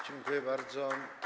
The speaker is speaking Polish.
Dziękuję bardzo.